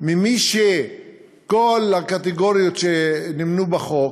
ממי שבכל הקטגוריות שנמנו בחוק,